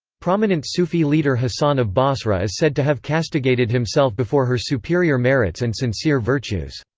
prominent sufi leader hasan of basra is said to have castigated himself before her superior merits and sincere virtues.